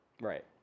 Right